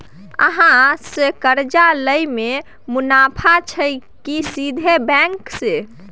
अहाँ से कर्जा लय में मुनाफा छै की सीधे बैंक से?